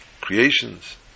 creations